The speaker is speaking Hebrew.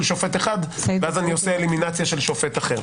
שופט אחד ואז עושה אלמיניציה של שופט אחר.